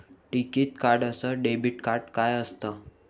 टिकीत कार्ड अस debit card काय असत?